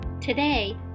Today